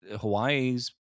Hawaii's